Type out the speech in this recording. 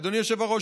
אדוני יושב הראש,